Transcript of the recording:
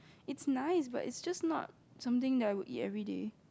it's nice but it just not something that I will eat every day